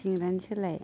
सिंग्रानि सोलाय